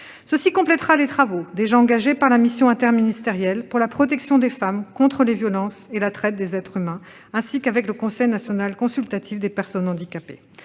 Cela complétera les travaux déjà engagés par la mission interministérielle pour la protection des femmes contre les violences et la traite des êtres humains, avec le Conseil national consultatif des personnes handicapées.